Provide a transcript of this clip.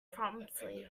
promptly